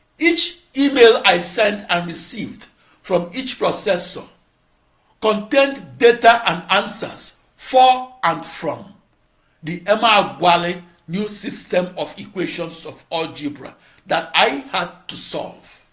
each email i sent and received from each processor contained data and answers for and from the emeagwali new system of equations of algebra that i had to solve.